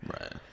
Right